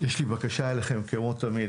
יש לי בקשה אליכם כמו תמיד,